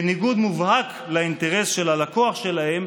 בניגוד מובהק לאינטרס של הלקוח שלהם,